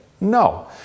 No